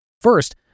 First